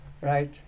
Right